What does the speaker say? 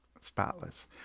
spotless